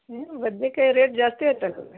ಏನು ಬದ್ನೆಕಾಯ್ ರೇಟ್ ಜಾಸ್ತಿ ಆತಲ್ಲ